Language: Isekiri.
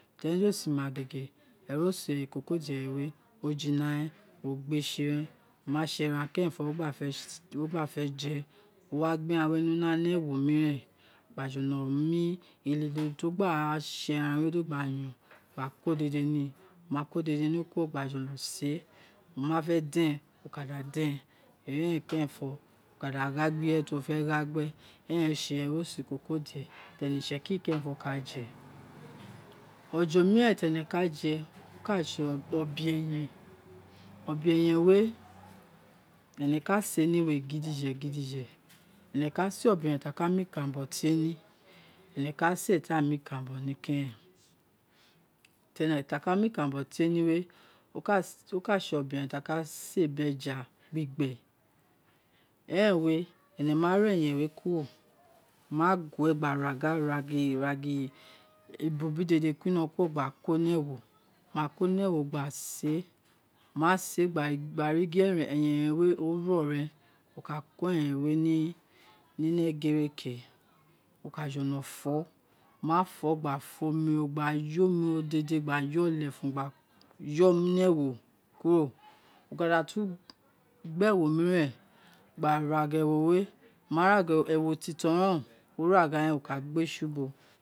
Teren di uwo éé si ma gēgē ẹṟoso ikokodie wē̱ ojina re̱n wo gbe sl rẹn oniase eran kerenfo wo gba pe je, wo wa gbe ̄ eran we niuna niewo miren gba jolo mu elilo ti ogba se di eran do gba yon wo ka ko dede ni wo ma ko dede ni kuro gba yolo se, wo mafe den wo ka da den ni eloe kerenfo wo kada ghagbe ireye ti wo fegha gbe ẹrẹn owun rē sē ẹroso ikokodie ni ene itseki ri kerenfo ka je oje omiren ti ene ka je oka sē o̱be-eyen o̱be-eyen wē e̱ne̱ ka se̱ ni ewe gidije gidije, ene ka se obe-eyen aka mu ikan ranbo tie ni e̱nẹ ka se ti a mu ikanranbo ne keren ti a ka mu ikanranbo tie ni we oka se obe-eyen ti a se biri eja gbigbe eren we ene ma ra eyen we kuro ma gue gba gba ra gba igba ra gha ibu bi dede kuri ino kuro gba ko ni ewo a ma ko ni ewo gba se ama se gba ri gin eyen wē oro ren aka ko eyen we ni ino egere ke wo ka jolo fōō wo ma fo gba fo omi ro gba yo mi ro dede gbe yōō lefun gba yōō ni ewo kuro o kada ta gbe ewe miren gba fa gha aa ree wo ma ra gha ewo we eren titue re̱n o, wo ka gbe ṣi ubo.